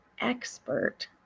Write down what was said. expert